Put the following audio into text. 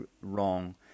wrong